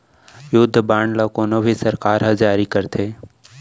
युद्ध बांड ल कोनो भी सरकार ह जारी करथे